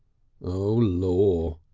oh lor!